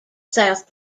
south